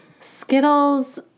Skittles